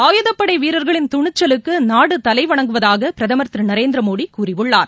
ஆயுதப்படைவீரர்களின் துணிச்சலுக்குநாடுதலைவணங்குவதாகபிரதமர் திருநரேந்திரமோடிகூறியுள்ளார்